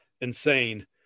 insane